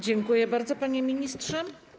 Dziękuję bardzo, panie ministrze.